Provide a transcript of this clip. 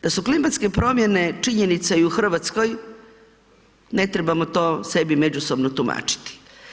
Da su klimatske promjene činjenica i u Hrvatskoj, ne trebamo to sebi međusobno tumačiti.